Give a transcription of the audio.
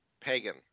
pagan